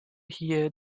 hear